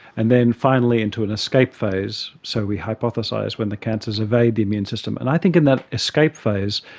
and then finally into an escape phase, so we hypothesise, when the cancers evade the immune system. and i think in that escape phase,